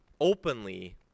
openly